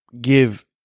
give